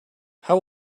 how